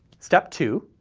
step two.